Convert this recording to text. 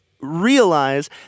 realize